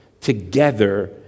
together